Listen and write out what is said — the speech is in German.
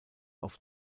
auf